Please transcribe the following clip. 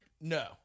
no